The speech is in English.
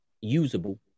usable